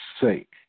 sake